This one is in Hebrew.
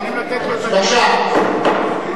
פעם ראשונה אני